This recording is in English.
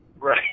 Right